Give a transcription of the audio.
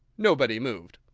nobody moved.